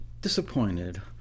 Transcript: disappointed